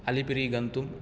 अलिपिरि गन्तुं